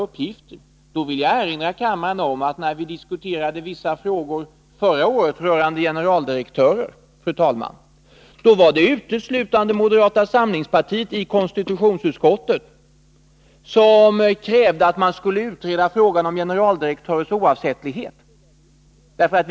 Jag vill, fru talman, erinra kammaren om att när vi förra året diskuterade vissa frågor rörande generaldirektörer, så var det uteslutande moderata samlingspartiets företrädare i konstitutionsutskottet som krävde att frågan om generaldirektörers oavsättlighet skulle utredas.